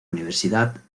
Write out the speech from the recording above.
universidad